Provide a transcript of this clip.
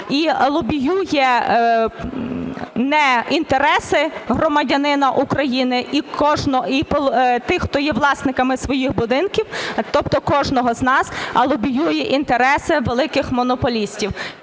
і лобіює не інтереси громадянина України і тих, хто є власниками своїх будинків, тобто кожного з нас, а лобіює інтереси великих монополістів.